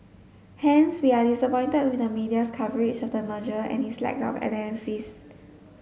hence we are disappointed with the media's coverage of the merger and its lack of analysis